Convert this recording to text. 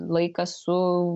laikas su